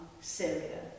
Syria